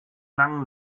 langen